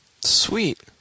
Sweet